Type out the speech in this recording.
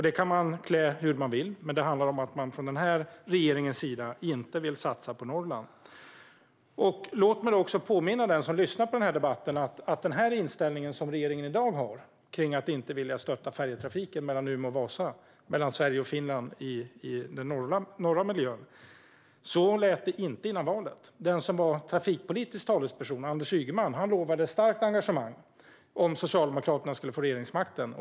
Det kan man klä hur man vill, men den här regeringen vill inte satsa på Norrland. Låt mig påminna den som lyssnar på debatten om att den inställning regeringen har i dag om att inte stötta färjetrafiken mellan Umeå och Vasa, mellan Sverige och Finland i den nordliga miljön, inte fanns före valet. Den som var trafikpolitisk talesperson, Anders Ygeman, lovade ett starkt engagemang om Socialdemokraterna skulle få regeringsmakten.